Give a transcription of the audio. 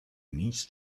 needs